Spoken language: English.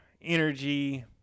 energy